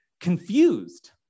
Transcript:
confused